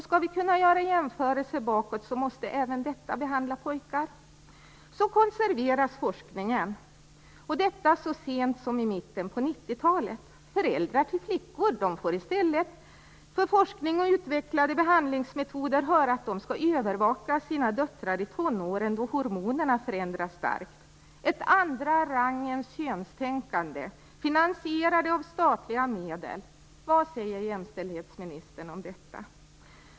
Skall vi kunna göra jämförelser bakåt måste även detta behandla pojkar. Så konserveras forskningen. Detta så sent som i mitten av 90-talet. Föräldrar till flickor får i stället för forskning och utvecklade behandlingsmetoder höra att de skall övervaka sina döttrar i tonåren då hormonerna förändras starkt. Det är ett andra rangens könstänkande, finansierat av statliga medel. Vad säger jämställdhetsministern om detta?